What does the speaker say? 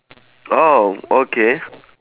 orh okay